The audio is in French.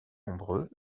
nombreux